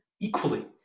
equally